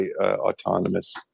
autonomous